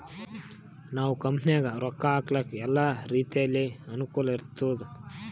ನಾವ್ ಕಂಪನಿನಾಗ್ ರೊಕ್ಕಾ ಹಾಕ್ಲಕ್ ಎಲ್ಲಾ ರೀತಿಲೆ ಅನುಕೂಲ್ ಇರ್ತುದ್